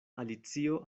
alicio